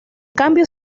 cambio